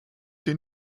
den